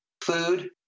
food